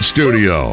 Studio